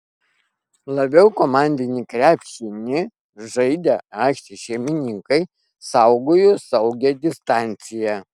labiau komandinį krepšinį žaidę aikštės šeimininkai saugojo saugią distanciją